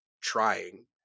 trying